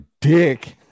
dick